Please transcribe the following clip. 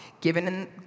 given